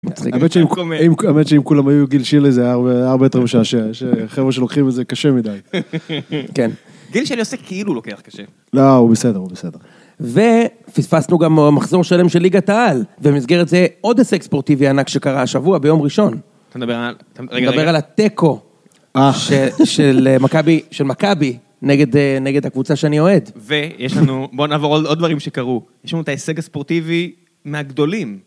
האמת שאם כולם היו גיל שלי זה היה, היה הרבה יותר משעשע, יש חבר'ה שלוקחים את זה קשה מדי. כן. גיל שלי עושה כאילו לוקח קשה. לא, הוא בסדר, הוא בסדר. ופספסנו גם מחזור שלם של ליגת העל, ובמסגרת זה עוד הישג ספורטיבי ענק שקרה השבוע, ביום ראשון. אתה מדבר על, אני מדבר על התיקו, של מכבי, של מכבי, נגד, נגד הקבוצה שאני אוהד. ויש לנו, בוא נעבור עוד דברים שקרו. יש לנו את ההישג הספורטיבי מהגדולים.